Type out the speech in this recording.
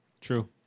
True